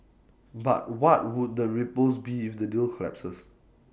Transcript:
but what would the ripples be if the deal collapses